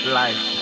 life